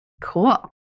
Cool